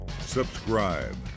subscribe